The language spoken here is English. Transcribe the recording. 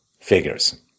figures